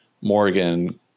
Morgan